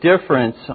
difference